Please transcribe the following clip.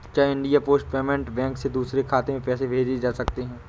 क्या India Post Payment Bank से दूसरे खाते में पैसे भेजे जा सकते हैं?